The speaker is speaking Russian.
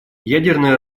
ядерное